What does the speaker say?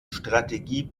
strategie